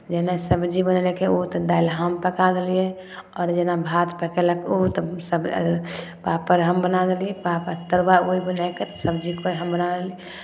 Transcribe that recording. जेना सबजी बनेलकै ओ तऽ दालि हम पका देलियै आओर जेना भात पकयलक ओ तऽ सभ पापड़ हम बना देलियै पापड़ तरुआ ओ बनेलकै तऽ सबजी हम बना देली